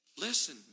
Listen